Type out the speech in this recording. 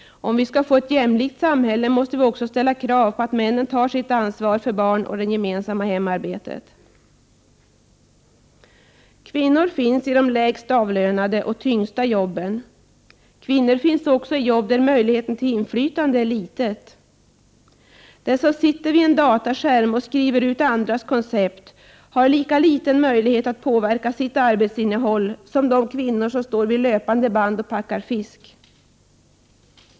Om vi skall få ett jämlikt samhälle måste vi också ställa krav på att männen tar sitt ansvar för barnen och det gemensamma hemarbetet. Kvinnorna finns i de lägst avlönade och tyngsta jobben. Kvinnor finns också i jobb där möjligheten till inflytande är liten. Den som sitter vid en dataskärm och skriver ut andras koncept har lika liten möjlighet att påverka sitt arbetsinnehåll som de kvinnor som står vid löpande band och packar fisk.